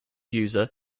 user